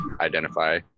Identify